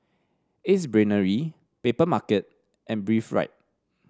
Ace Brainery Papermarket and Breathe Right